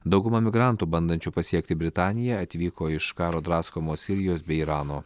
dauguma migrantų bandančių pasiekti britaniją atvyko iš karo draskomos sirijos bei irano